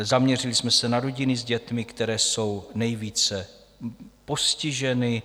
Zaměřili jsme se na rodiny s dětmi, které jsou nejvíce postiženy.